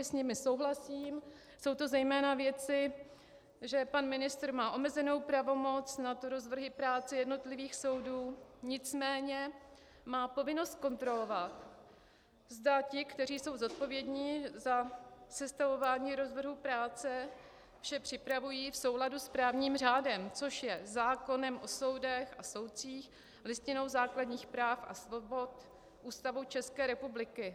S nimi souhlasím, jsou to zejména věci, že pan ministr má omezenou pravomoc nad rozvrhy práce jednotlivých soudů, nicméně má povinnost kontrolovat, zda ti, kteří jsou zodpovědní za sestavování rozvrhu práce, vše připravují v souladu s právním řádem, což je zákonem o soudech a soudcích, Listinou základních práv a svobod, Ústavou České republiky.